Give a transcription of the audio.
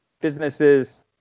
businesses